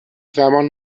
زمان